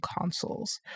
consoles